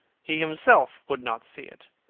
he himself would not see it.